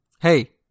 Hey